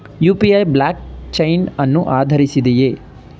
UPI blockchain ಅನ್ನು ಆಧರಿಸಿದೆಯೇ?